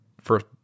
first